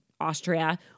Austria